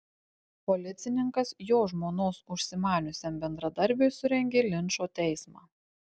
policininkas jo žmonos užsimaniusiam bendradarbiui surengė linčo teismą